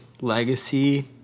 legacy